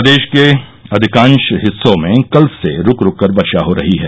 प्रदेश के अधिकांश हिस्सों में कल से रूक रूक कर वर्षा हो रही है